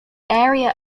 area